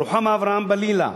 רוחמה אברהם-בלילא,